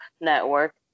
network